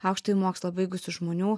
aukštąjį mokslą baigusių žmonių